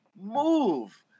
Move